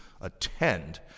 attend